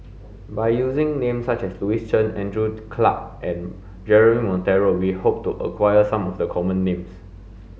by using names such as Louis Chen Andrew Clarke and Jeremy Monteiro we hope to acquire some of the common names